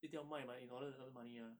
一定要卖吗 in order to earn money ah